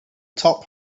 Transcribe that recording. top